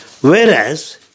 Whereas